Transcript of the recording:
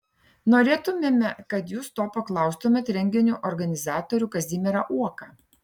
norėtumėme kad jūs to paklaustumėte renginio organizatorių kazimierą uoką